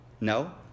No